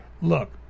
look